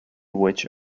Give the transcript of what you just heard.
which